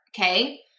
okay